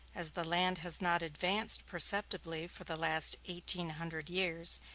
as the land has not advanced perceptibly for the last eighteen hundred years,